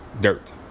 dirt